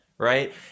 right